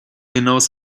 hinaus